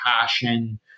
passion